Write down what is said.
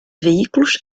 veículos